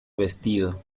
vestido